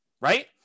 right